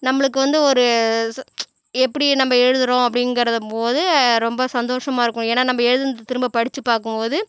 நம்மளுக்கு வந்து ஒரு ச எப்படி நம்ம எழுதுகிறோம் அப்படிங்கிறபோது ரொம்ப சந்தோஷமாக இருக்கும் ஏன்னால் நம்ம எழுதுனதை திரும்ப படித்து பார்க்கும்போது